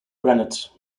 granite